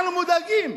אנחנו מודאגים.